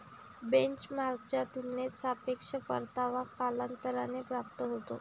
बेंचमार्कच्या तुलनेत सापेक्ष परतावा कालांतराने प्राप्त होतो